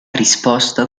risposta